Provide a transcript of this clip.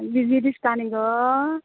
बीजी दिस्ता न्ही गो